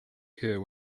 here